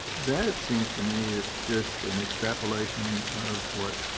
that it seems to me is just an extrapolation of what